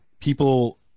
people